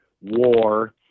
War